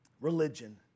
religion